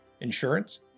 insurance